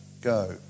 go